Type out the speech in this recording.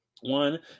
one